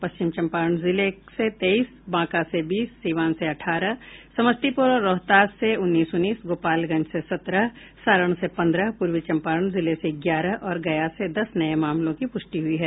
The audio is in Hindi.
पश्चिम चंपारण जिले से तेईस बांका से बीस सीवान से अठारह समस्तीपुर और रोहतास से उन्नीस उन्नीस गोपालगंज से सत्रह सारण से पंद्रह पूर्वी चंपारण जिले से ग्यारह और गया से दस नये मामलों की पुष्टि हुई है